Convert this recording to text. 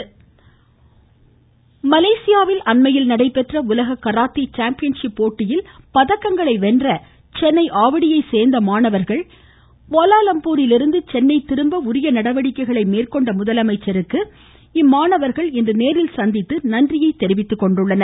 முதலமைச்சர் மலேசியாவில் அண்மையில் நடைபெற்ற உலக கராத்தே சாம்பியன் சிப் போட்டியில் பதக்கங்களை வென்ற சென்னை ஆவடியை சோ்ந்த மாணவர்கள் கோலாம்பூரில் இருந்து சென்னை திரும்ப உரிய நடவடிக்கைகளை மேற்கொண்ட முதலமைச்சருக்கு இன்று இம்மாணவர்கள் நேரில் சந்தித்து நன்றி தெரிவித்தனர்